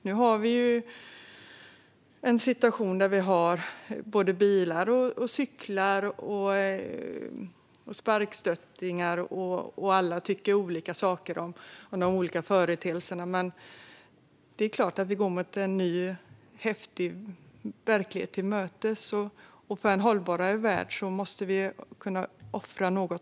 Nu har vi en situation med bilar, cyklar och sparkstöttingar, och alla tycker olika saker om de olika företeelserna. Men det är klart att vi går en ny, häftig verklighet till mötes, och för en hållbarare och säkrare värld måste vi också kunna offra något.